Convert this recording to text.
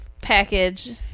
package